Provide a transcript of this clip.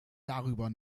darüber